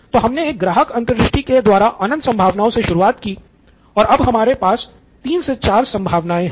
तो हमने एक ग्राहक अंतर्दृष्टि के द्वारा अनंत संभावनाओं से शुरुआत की थी और अब हमारे पास तीन से चार संभावनाओं हैं